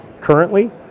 currently